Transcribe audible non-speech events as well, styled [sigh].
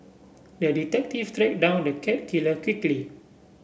the detective [unintelligible] down the cat killer quickly